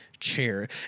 chair